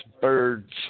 birds